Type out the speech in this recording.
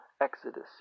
exodus